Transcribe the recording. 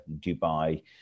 Dubai